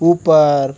ऊपर